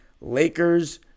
Lakers